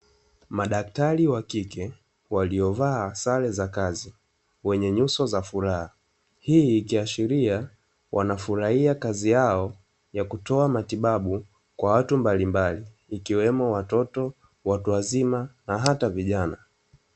Madaktari wa kike waliovaa sare za kazi, wenye nyuso za furaha. Hii ikiashiria wanafurahia kazi yao ya kutoa matibabu kwa watu mbalimbali ikiwemo watoto, watu wazima, na hata vijana.